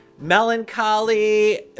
melancholy